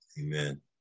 Amen